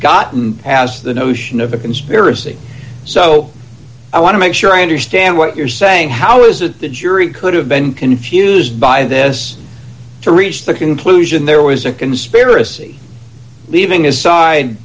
he notion of a conspiracy so i want to make sure i understand what you're saying how is it the jury could have been confused by this to reach the conclusion there was a conspiracy leaving aside